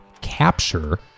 capture